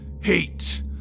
Hate